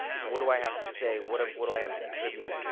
what do i have to say? what um what do i have to contribute?